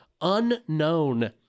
unknown